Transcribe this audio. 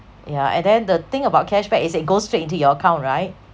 yeah and then the thing about cashback is it goes straight into your account right